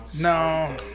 no